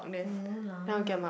no lah